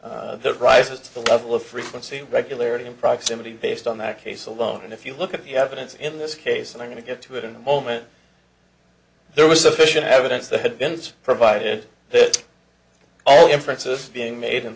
there rises to the level of frequency regularity in proximity based on that case alone and if you look at the evidence in this case and i'm going to get to it in a moment there was sufficient evidence that had been provided that all inferences being made in